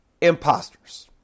imposters